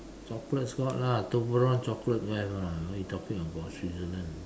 chocolates got lah Toblerone chocolate don't have lah what you talking about Switzerland